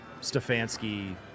Stefanski